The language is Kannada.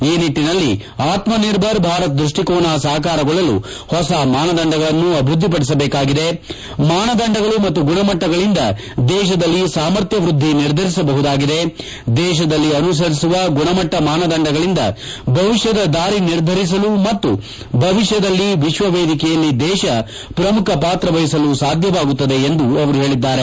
ಈ ನಿಟ್ಟನಲ್ಲಿ ಆತ್ನನಿರ್ಭರ್ ಭಾರತ್ ದೃಷ್ಟಿಕೋನ ಸಾಕಾರಗೊಳ್ಳಲು ಹೊಸ ಮಾನದಂಡಗಳನ್ನು ಅಭಿವೃದ್ಧಿಪಡಿಸಬೇಕಾಗಿದೆ ಮಾನದಂಡಗಳು ಮತ್ತು ಗುಣಮಟ್ಟಗಳಿಂದ ದೇತದಲ್ಲಿ ಸಾಮರ್ಥ್ಯ ವೃದ್ಧಿ ನಿರ್ಧರಿಸಬಹುದಾಗಿದೆ ದೇತದಲ್ಲಿ ಅನುಸರಿಸುವ ಗುಣಮಟ್ಟ ಮಾನದಂಡಗಳಿಂದ ಭವಿಷ್ಟದ ದಾರಿ ನಿರ್ಧರಿಸಲು ಮತ್ತು ಭವಿಷ್ಣದಲ್ಲಿ ವಿಶ್ವವೇದಿಕೆಯಲ್ಲಿ ದೇಶ ಪ್ರಮುಖ ಪಾತ್ರ ವಹಿಸಲು ಸಾಧ್ಯವಾಗುತ್ತದೆ ಎಂದು ಅವರು ಹೇಳಿದ್ದಾರೆ